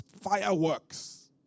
fireworks